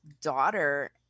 daughter